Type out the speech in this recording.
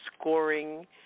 scoring